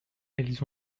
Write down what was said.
elles